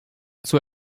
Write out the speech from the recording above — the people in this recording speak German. zur